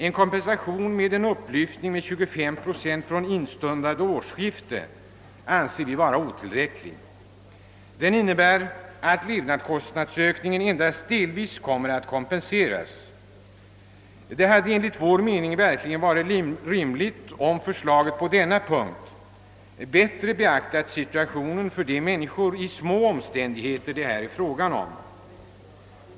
En kompensation med en upplyftning med 25 procent från instundande årsskifte anser vi vara otillräcklig. Den innebär att levnadskostnadsökningen endast delvis kommer att kompenseras. Det hade enligt vår mening verkligen varit rimligt, om förslaget på denna punkt bättre beaktat situationen för de människor i små omständigheter det här är fråga om.